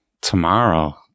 Tomorrow